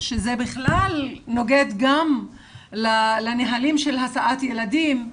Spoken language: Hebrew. שזה בכלל נוגד גם לנהלים של הסעת ילדים,